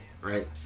right